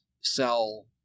sell